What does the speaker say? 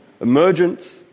emergence